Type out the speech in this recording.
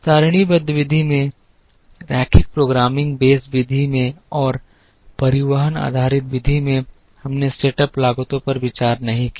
सारणीबद्ध विधि में रैखिक प्रोग्रामिंग बेस विधि में और परिवहन आधारित विधि में हमने सेटअप लागतों पर विचार नहीं किया